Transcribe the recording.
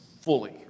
fully